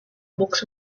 books